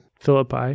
Philippi